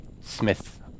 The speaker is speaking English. smith